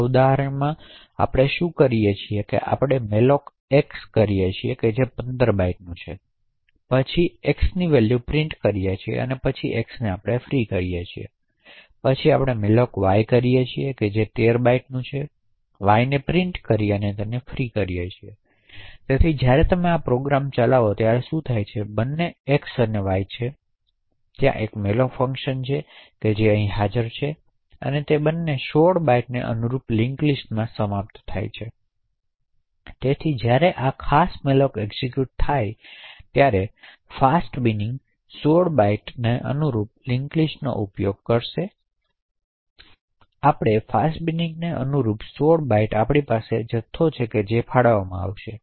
આ ઉદાહરણમાં આપણે શું કરીએ છીએ કે આપણે malloc x છે જે ૧૫ બાઇટ્સનું હોય છે પછી x ની વેલ્યુ પ્રિન્ટ કરીએ અને પછી x ને ફ્રી કરોપછી malloc y કરો જે ૧૩ બાઇટ્સ છે y ને પ્રિન્ટ કરી અને ફ્રી કરો તેથી જ્યારે તમે આ પ્રોગ્રામ ચલાવો ત્યારે શું થાય છે તે બંને એક્સ અને વાય છે તેથી ત્યાં એક મેલોક ફંક્શન છે જે લાગુ થાય છે અને તે બંને આ 16 બાઇટ્સને અનુરૂપ લિંક લિસ્ટમાં સમાપ્ત થાય છે તેથી જ્યારે આ ખાસ મેલોક એક્ઝેક્યુટ થાય ત્યારે ફાસ્ટ 16 બાઇટ બિનિંગને અનુરૂપ લિંક્ડ લિસ્ટનો ઉપયોગ થાય છે આપણે ફાસ્ટ બિનિંગને અનુરૂપ 16 બાઇટ્સ આપણી પાસે જથ્થો છે જે ફાળવવામાં આવશે